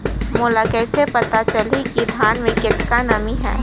मोला कइसे पता चलही की धान मे कतका नमी हे?